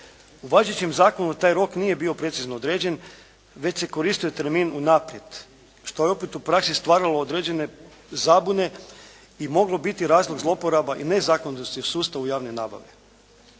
U važećem zakonu taj rok nije bio precizno određen već se koristio termin unaprijed što je opet u praksi stvaralo određene zabune i mogu biti razlog zloporaba i nezakonitosti u sustavu javne nabave.